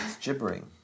gibbering